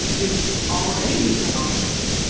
it's already a good olive oil.